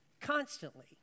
Constantly